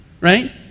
right